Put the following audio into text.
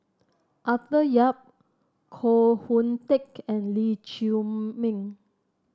Arthur Yap Koh Hoon Teck and Lee Chiaw Meng